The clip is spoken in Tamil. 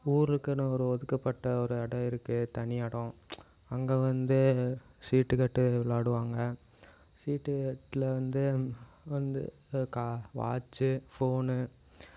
ஊருக்குனு ஒரு ஒதுக்கப்பட்ட ஒரு இடம் இருக்குது தனி இடம் அங்கே வந்து சீட்டுக்கட்டு விளாடுவாங்க சீட்டுக்கட்டில் வந்து வந்து கா வாட்சு ஃபோனு